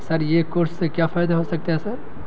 سر یہ کورس سے کیا فائدہ ہو سکتا ہے سر